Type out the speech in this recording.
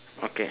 okay